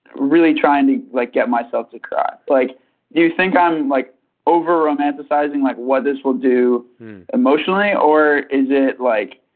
really trying to, like, get myself to cry like you think i'm like overall fantasizing, like what this will do emotionally or is it like